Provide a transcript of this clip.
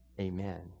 Amen